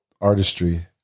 artistry